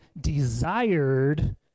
desired